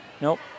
Nope